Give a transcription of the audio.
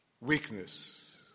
weakness